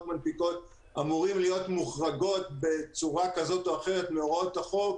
מנפיקות אמורים להיות מוחרגים בצורה כזאת או אחרת מהוראות החוק.